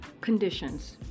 conditions